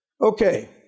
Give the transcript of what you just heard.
Okay